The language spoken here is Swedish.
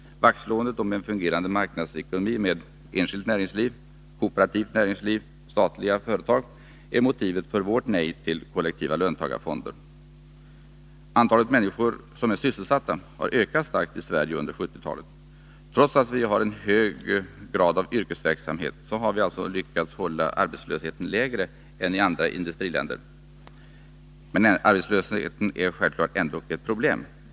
Vaktslåendet om en fungerande marknadsekonomi med enskilt näringsliv, kooperativt näringsliv och statliga företag är motivet för vårt nej till kollektiva löntagarfonder. Antalet människor som är sysselsatta har ökat starkt i Sverige under 1970-talet. Trots att vi har en hög grad av yrkesverksamhet har vi alltså lyckats hålla arbetslösheten lägre än vad som förekommer i andra industriländer. Men arbetslösheten är självfallet ändock ett problem.